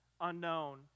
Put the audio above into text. unknown